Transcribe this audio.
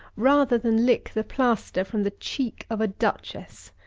rather than lick the plaster from the cheek of a duchess.